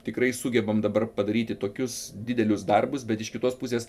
tikrai sugebam dabar padaryti tokius didelius darbus bet iš kitos pusės